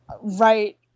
right